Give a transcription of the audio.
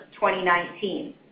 2019